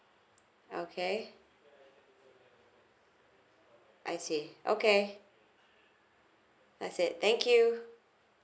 okay I see okay I see thank you